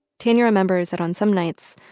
tanya remembers that on some nights,